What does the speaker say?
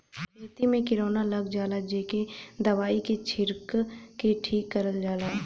खेती में किरौना लग जाला जेके दवाई के छिरक के ठीक करल जाला